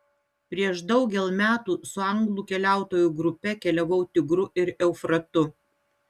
prieš daugel metų su anglų keliautojų grupe keliavau tigru ir eufratu